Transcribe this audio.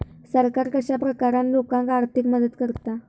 सरकार कश्या प्रकारान लोकांक आर्थिक मदत करता?